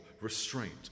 restraint